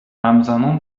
همزمان